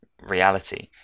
reality